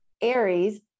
aries